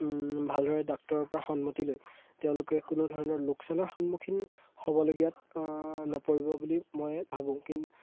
ভালদৰে ডাক্তৰৰপৰা সন্মতি লৈ তেওঁলোকে কোনো ধৰণৰ লোকচানৰ সন্মুখীন হ'বলগীয়াত নপৰিব বুলি মই ভাবোঁ